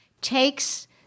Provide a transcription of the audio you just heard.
takes